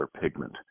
pigment